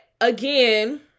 again